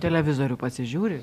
televizorių pasižiūri